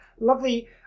lovely